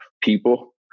people